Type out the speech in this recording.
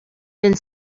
been